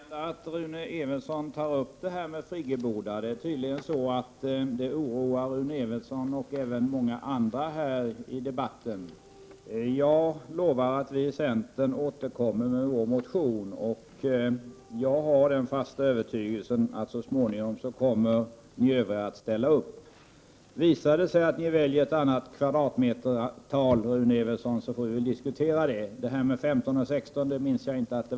Herr talman! Det är ju glädjande att Rune Evensson tar upp det här med friggebodar. Det är tydligt att detta oroar Rune Evensson och även många andra. Jag lovar att vi i centern återkommer med vår motion. Jag har den fasta övertygelsen att ni övriga så småningom kommer att ställa upp. Visar det sig att ni väljer ett annat kvadratmeterantal, så får vi väl diskutera det. Jag kan inte minnas att frågan om 15 eller 17 m?